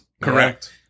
Correct